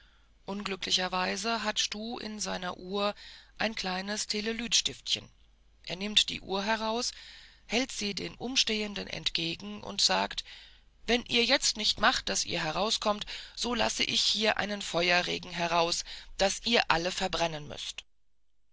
unglücklicherweise hat stuh an seiner uhr ein kleines telelytstiftchen er nimmt die uhr heraus hält sie den umstehenden entgegen und sagt wenn ihr jetzt nicht macht daß ihr hinauskommt so lasse ich hier einen feuerregen heraus daß ihr alle verbrennen müßt